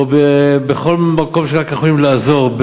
בכל מקום שרק יכולים לעזור,